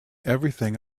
everything